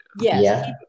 yes